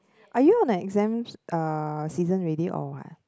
are you on an exam uh season already or what